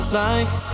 life